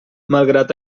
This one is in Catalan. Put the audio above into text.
malgrat